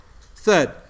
Third